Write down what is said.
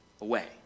away